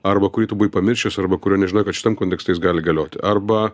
arba kurį tu buvai pamiršęs arba kurio nežinojai kad šitam kontekste jis gali galioti arba